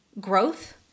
growth